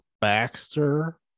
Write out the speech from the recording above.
Baxter